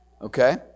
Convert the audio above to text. Okay